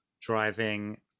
driving